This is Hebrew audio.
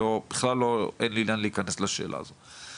ברור שיש עלות פחם גבוהה היום,